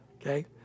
okay